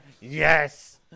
Yes